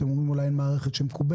אתם אומרים אולי אין מערכת שמקובלת.